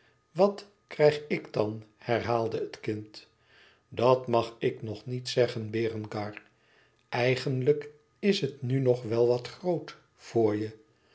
wat krijg ik dan herhaalde het kind dat mag ik nog niet zeggen berengar eigenlijk is het nu nog wel wat groot voor je